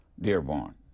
Dearborn